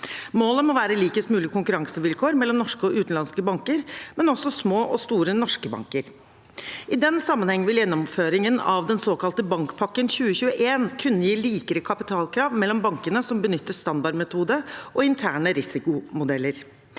Målet må være likest mulig konkurransevilkår mellom norske og utenlandske banker, men også mellom små og store norske banker. I den sammenheng vil gjennomføringen av den såkalte bankpakken 2021 kunne gi likere kapitalkrav mellom bankene som benytter standardmetode og interne risikomodeller.